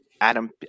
Adam